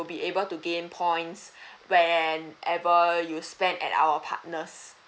you will be able to gain points whenever you spend at our partners